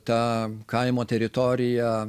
ta kaimo teritorija